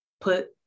Put